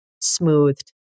smoothed